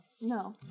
No